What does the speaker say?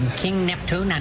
king neptune. and